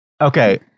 Okay